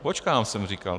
Počkám, jsem říkal.